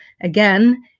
again